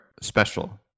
special